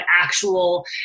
actual